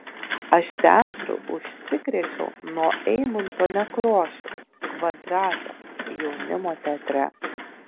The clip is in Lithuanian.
aš teatru užsikrėčiau nuo eimunto nekrošiaus kvadrato jaunimo teatre